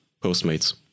Postmates